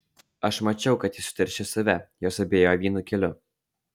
aš mačiau kad ji suteršė save jos abi ėjo vienu keliu